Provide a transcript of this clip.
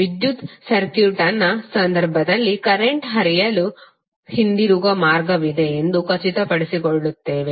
ವಿದ್ಯುತ್ ಸರ್ಕ್ಯೂಟ್ನ ಸಂದರ್ಭದಲ್ಲಿ ಕರೆಂಟ್ ಹರಿಯಲು ಹಿಂದಿರುಗುವ ಮಾರ್ಗವಿದೆ ಎಂದು ಖಚಿತಪಡಿಸಿಕೊಳ್ಳುತ್ತೇವೆ